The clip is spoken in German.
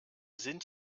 sind